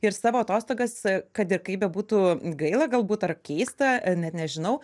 ir savo atostogas kad ir kaip bebūtų gaila galbūt ar keista net nežinau